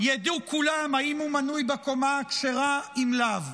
ידעו כולם אם הוא מנוי בקומה הכשרה אם לאו.